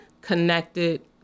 connected